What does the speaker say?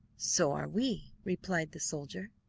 so are we replied the soldier.